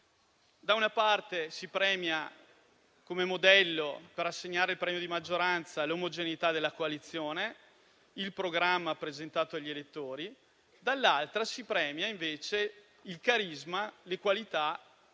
Da una parte si premia, come modello per assegnare il premio di maggioranza, l'omogeneità della coalizione e il programma presentato agli elettori, dall'altra si premiano invece il carisma e le qualità